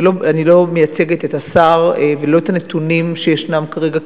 ואני לא מייצגת את השר ולא את הנתונים שישנם כרגע,